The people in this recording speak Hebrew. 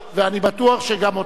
ואני בטוח שגם אותה,